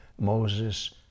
Moses